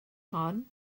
hon